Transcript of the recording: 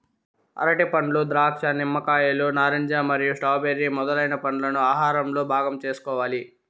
అరటిపండ్లు, ద్రాక్ష, నిమ్మకాయలు, నారింజ మరియు స్ట్రాబెర్రీ మొదలైన పండ్లను ఆహారంలో భాగం చేసుకోవాలి